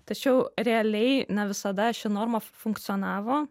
tačiau realiai ne visada ši norma funkcionavo